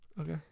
okay